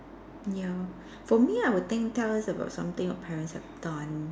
ya for me I will think tell us about something your parents have done